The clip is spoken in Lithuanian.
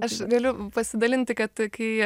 aš galiu pasidalinti kad kai